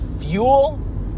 fuel